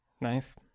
nice